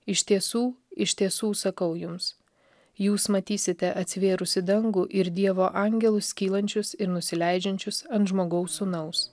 iš tiesų iš tiesų sakau jums jūs matysite atsivėrusį dangų ir dievo angelus kylančius ir nusileidžiančius ant žmogaus sūnaus